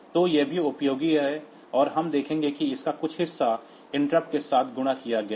तो यह भी उपयोगी है और हम देखेंगे कि इसका कुछ हिस्सा इंटरप्ट्स के साथ गुणा किया गया है